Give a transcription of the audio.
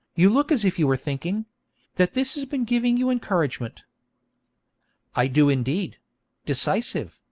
you look as if you were thinking that this has been giving you encouragement i do indeed decisive,